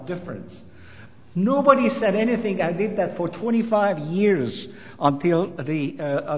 difference nobody said anything i did that for twenty five years until the